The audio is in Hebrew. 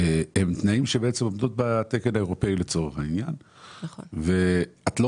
הם תנאים שעומדים בתקן האירופי ואת לא